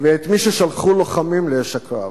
ואת מי ששלחו לוחמים לאש הקרב.